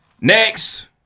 Next